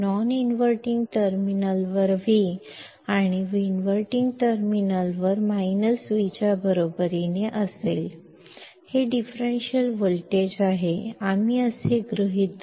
ನಾನ್ inverting terminal ನಲ್ಲಿ ವಿಡಿಯು ವಿಗೆ ಸಮನಾಗಿರುತ್ತದೆ ಮತ್ತು ಇನ್ವರ್ಟಿಂಗ್ ಟರ್ಮಿನಲ್ನಲ್ಲಿ ವಿಗೆ ಸಮಾನವಾಗಿರುತ್ತದೆ ಇದು ಡಿಫರೆನ್ಷಿಯಲ್ ವೋಲ್ಟೇಜ್ ಆಗಿದೆ